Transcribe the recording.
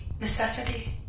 necessity